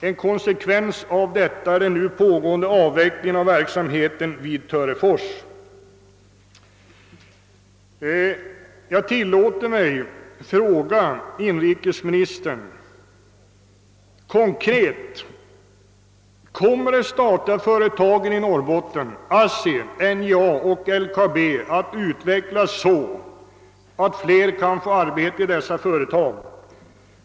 En konsekvens av denna utveckling är den nu pågående avvecklingen av verksamheten vid Törefors AB.» Jag tillåter mig fråga inrikesministern konkret: Kommer de statliga företagen i Norrbotten — ASSI, NJA och LKAB — att utvecklas så att fler kan få arbete i dem?